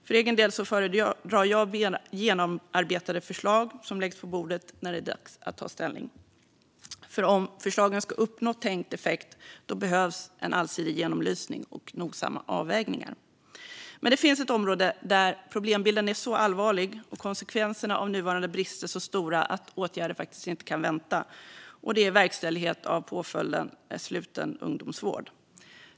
För egen del föredrar jag att genomarbetade förslag läggs på bordet när det är dags att ta ställning, för om förslagen ska uppnå tänkt effekt behövs det en allsidig genomlysning och nogsamma avvägningar. Men det finns ett område där problembilden är så allvarlig och konsekvenserna av nuvarande brister är så stora att åtgärder faktiskt inte kan vänta, och det gäller verkställighet av påföljden sluten ungdomsvård.